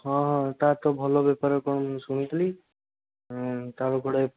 ହଁ ହଁ ତାର ତ ଭଲ ବେପାର କ'ଣ ମୁଁ ଶୁଣିଥିଲି ହୁଁ ତାକୁ କୁଆଡ଼େ